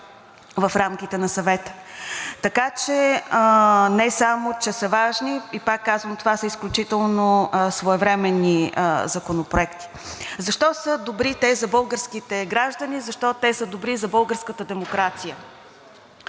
в рамките на Съвета. Така че не само че са важни и пак казвам, това са изключително своевременни законопроекти. Защо са добри те за българските граждани, защо те са добри и за българската демокрация?